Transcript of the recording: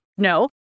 No